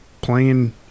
playing